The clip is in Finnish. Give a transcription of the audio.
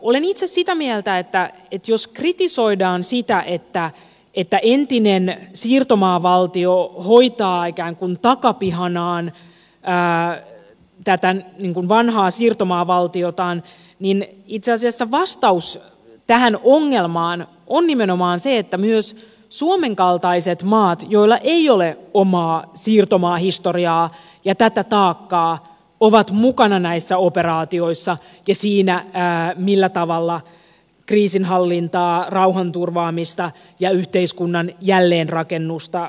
olen itse sitä mieltä että jos kritisoidaan sitä että entinen siirtomaavaltio hoitaa ikään kuin takapihanaan tätä vanhaa siirtomaavaltiotaan niin itse asiassa vastaus tähän ongelmaan on nimenomaan se että myös suomen kaltaiset maat joilla ei ole omaa siirtomaahistoriaa ja tätä taakkaa ovat mukana näissä operaatioissa ja siinä millä tavalla kriisinhallintaa rauhanturvaamista ja yhteiskunnan jälleenrakennusta suunnitellaan